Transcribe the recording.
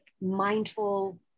mindful